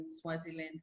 Swaziland